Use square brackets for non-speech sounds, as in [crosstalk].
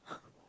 [laughs]